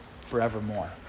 forevermore